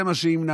זה מה שימנע.